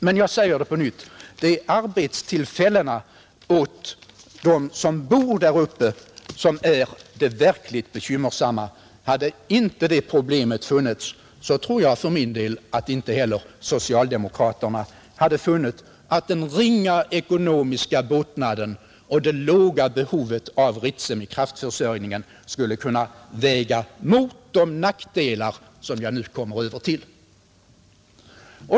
Men jag säger det på nytt: Det verkligt bekymmersamma är frågan om att skapa arbetstillfällen åt dem som bor där uppe. Hade inte det problemet funnits, tror jag för min del att inte heller socialdemokraterna skulle ha funnit att den ringa ekonomiska båtnaden och det låga behovet av Ritsem för kraftförsörjningen kan uppväga de nackdelar som jag nu kommer över till.